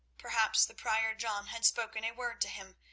perhaps the prior john had spoken a word to him,